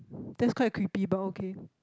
that's quite creepy but okay